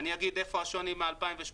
אני אגיד איפה השוני מ-2018.